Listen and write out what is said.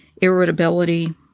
irritability